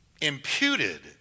imputed